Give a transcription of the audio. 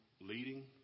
leading